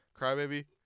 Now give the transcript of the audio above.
Crybaby